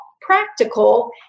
practical